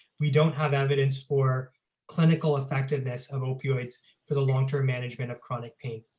we don't have evidence for clinical effectiveness of opioids for the long-term management of chronic pain.